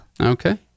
Okay